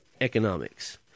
economics